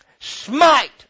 Smite